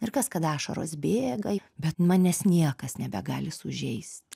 ir kas kada ašaros bėga bet manęs niekas nebegali sužeist